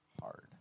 hard